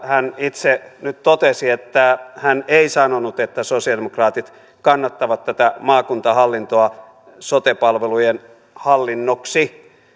hän itse nyt totesi että hän ei sanonut että sosialidemokraatit kannattavat tätä maakuntahallintoa sote palvelujen hallinnoksi